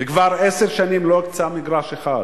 כבר עשר שנים לא הוקצה מגרש אחד,